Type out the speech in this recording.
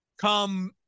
come